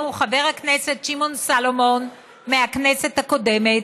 חבר הכנסת שמעון סלומון מהכנסת הקודמת,